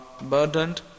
burdened